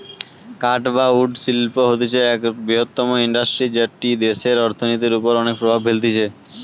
কাঠ বা উড শিল্প হতিছে এক বৃহত্তম ইন্ডাস্ট্রি যেটি দেশের অর্থনীতির ওপর অনেক প্রভাব ফেলতিছে